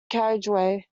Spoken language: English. carriageway